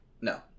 No